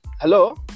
Hello